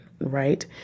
right